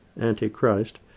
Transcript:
Antichrist